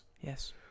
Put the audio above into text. Yes